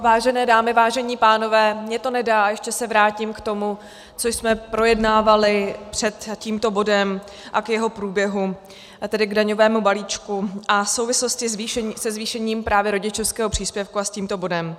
Vážené dámy, vážení pánové, mně to nedá a ještě se vrátím k tomu, co jsme projednávali před tímto bodem, a k jeho průběhu, tedy k daňovému balíčku a v souvislosti se zvýšením právě rodičovského příspěvku a s tímto bodem.